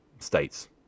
states